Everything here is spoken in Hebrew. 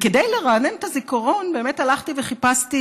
כדי לרענן את הזיכרון באמת הלכתי וחיפשתי